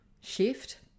shift